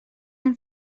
amb